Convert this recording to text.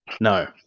No